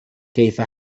كيف